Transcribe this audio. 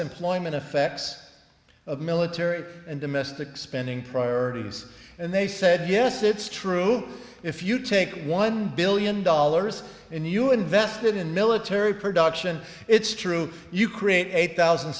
employment effects of military and domestic spending priorities and they said yes it's true if you take one billion dollars and you invested in military production it's true you create eight thousand